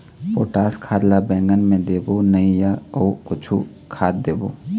Potash खाद ला बैंगन मे देबो नई या अऊ कुछू खाद देबो?